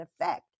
effect